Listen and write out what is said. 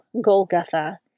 Golgotha